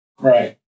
right